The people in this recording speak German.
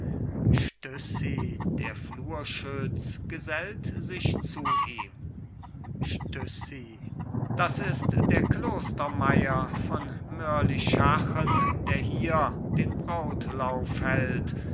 der flurschütz gesellt sich zu ihm stüssi das ist der klostermei'r von mörlischachen der hier den brautlauf hält